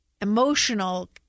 emotional –